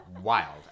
wild